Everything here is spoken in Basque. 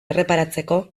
erreparatzeko